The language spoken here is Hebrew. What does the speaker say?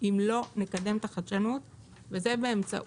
אם לא נקדם את החדשנות, וזה באמצעות